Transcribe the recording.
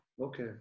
Okay